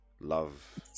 love